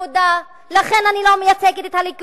אני לא מייצגת את העבודה,